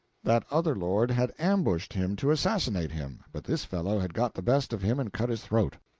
that other lord had ambushed him to assassinate him, but this fellow had got the best of him and cut his throat.